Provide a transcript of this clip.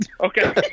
Okay